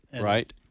Right